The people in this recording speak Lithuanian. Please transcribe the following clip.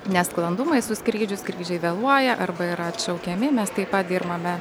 nesklandumai su skrydžiu skrydžiai vėluoja arba yra atšaukiami mes taip pat dirbame